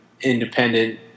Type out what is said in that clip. independent